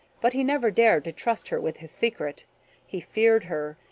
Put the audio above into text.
but he never dared to trust her with his secret he feared her,